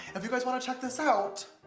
if you guys want to check this out,